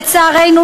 לצערנו,